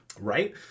right